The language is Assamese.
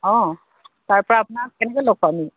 অঁ তাৰপৰা আপোনাক কেনেকৈ লগ পাম